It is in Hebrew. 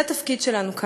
זה התפקיד שלנו כאן: